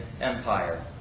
Empire